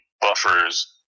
buffers